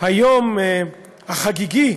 היום החגיגי